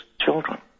children